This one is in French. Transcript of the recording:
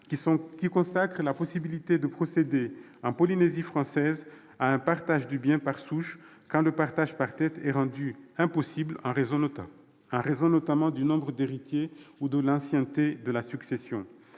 qui consacre la possibilité de procéder, en Polynésie française, à un partage du bien par souche, quand le partage par tête est rendu impossible en raison, notamment, du nombre d'héritiers ou de l'ancienneté de la succession.